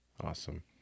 Awesome